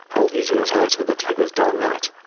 all these years later, that he was darn right.